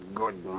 good